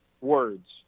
words